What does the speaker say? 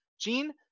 Gene